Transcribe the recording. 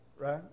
right